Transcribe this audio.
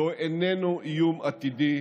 זה איננו איום עתידי